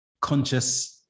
conscious